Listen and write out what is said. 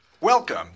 Welcome